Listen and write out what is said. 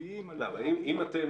אם אתם